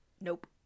Nope